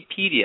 Wikipedia